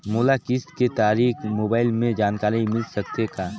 मोला किस्त के तारिक मोबाइल मे जानकारी मिल सकथे का?